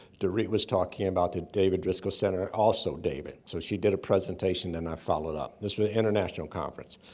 dorit was talking about the david driskell center, also david. so she did a presentation and i followed up. this was an international conference.